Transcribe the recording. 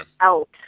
out